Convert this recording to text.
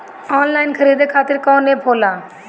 Online खरीदे खातीर कौन एप होला?